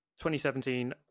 2017